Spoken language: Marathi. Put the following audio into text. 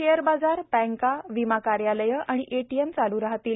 शेअर बाजार बँका विमा कार्यालयं आणि एटीएम चालू राहतील